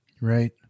Right